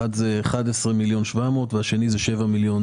אחד הוא 11,700,000 והשני הוא 7 מיליון.